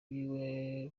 biwe